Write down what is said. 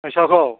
फैसाखौ